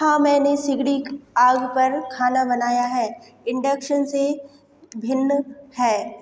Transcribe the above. हाँ मैंने सिगड़ी आग पर खाना बनाया है इंडक्शन से भिन्न है